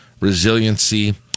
resiliency